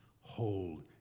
hold